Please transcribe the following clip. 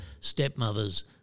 stepmother's